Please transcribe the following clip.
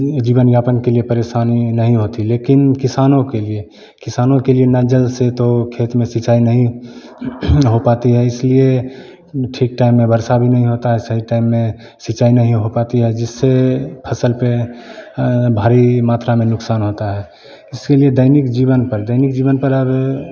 जीवनयापन के लिए परेशानी नहीं होती है क्यों किसानों के लिए किसानों के लिए ना जल से तो खेत में सिंचाई नहीं हो पाती है इसलिए ठीक टाइम में वर्षा भी नहीं होता है सही टाइम में सिंचाई नहीं हो पाती है जिससे फसल पर भारी मात्रा में नुकसान होता है इसलिए दैनिक जीवन पर दैनिक जीवन पर अब